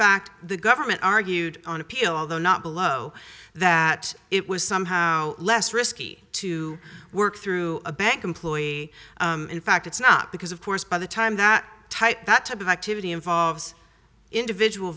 fact the government argued on appeal although not below that it was somehow less risky to work through a bank employee in fact it's not because of course by the time that type that type of activity involves individual